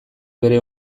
bere